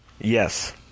Yes